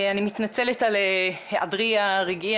אני מתנצלת על היעדרי הרגעי,